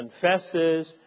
Confesses